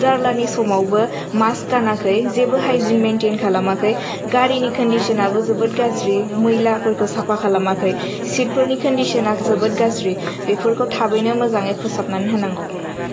जारलानि समावबो मास्क गानाखै जेबो हाइजिन मेनतेन खालामाखै गारिनि खनदिसनाबो जोबोत गाज्रि मैलाफोरखौ साफा खालामाखै सिट फोरनि खनदिसना जोबोत गाज्रि बेफोरखौ थाबैनो मोजाङै फोसाबनानै होनांगौ